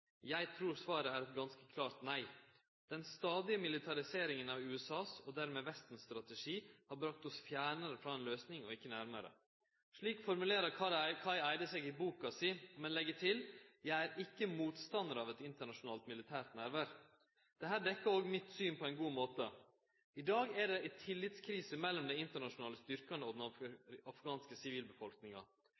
Jeg tror svaret er et ganske klart nei. Den stadige militariseringen av USAs – og dermed Vestens strategi – har brakt oss fjernere fra en løsning og ikke nærmere.» Slik formulerer Kai Eide seg i boka si, men han legg til: «Jeg er ikke motstander av et fortsatt internasjonalt militært nærvær.» Dette dekkjer òg mitt syn på ein god måte. I dag er det ei tillitskrise mellom dei internasjonale styrkane og den afghanske sivilbefolkninga.